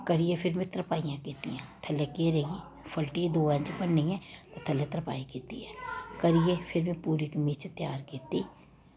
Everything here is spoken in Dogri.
तरीयै फिर में तरपाईयां कीतियां थल्लै घेरे गी फट्टी दो इंच भन्नियैं ते थल्लै तरपाई कीती ऐ करियै फिर में पूरी कमीच त्यार कीती